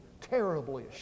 terribly